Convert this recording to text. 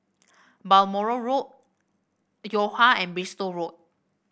Balmoral Road Yo Ha and Bristol Road